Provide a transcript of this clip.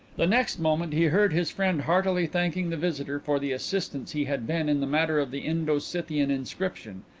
the next moment he heard his friend heartily thanking the visitor for the assistance he had been in the matter of the indo-scythian inscription,